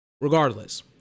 Regardless